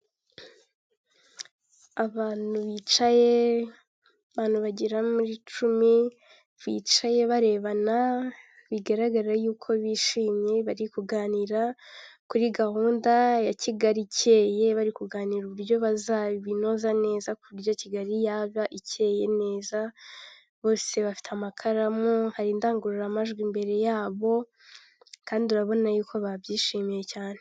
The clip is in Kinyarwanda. Abantu bicaye, abantu bagera mu icumi bicaye barebana bigaragara yuko bishimye bari kuganira kuri gahunda ya Kigali ikeye bari kuganira uburyo bazabinoza neza ku buryo Kigali yaza ikeye neza, bose bafite amakaramu hari indangururamajwi imbere yabo kandi urabona yuko babyishimiye cyane.